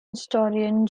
historian